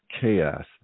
chaos